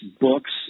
books